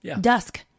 dusk